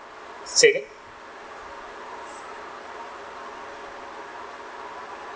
say again